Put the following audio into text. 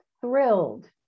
thrilled